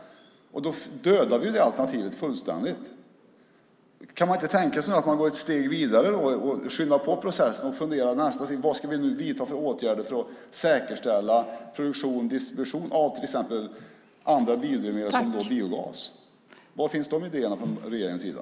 Då dödar vi ju det alternativet fullständigt! Kan man inte tänka sig att man går ett steg vidare och skyndar på processen och funderar på vad vi nu ska vidta för åtgärder för att säkerställa produktion och distribution av andra biodrivmedel som till exempel biogas? Var finns de idéerna från regeringens sida?